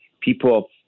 people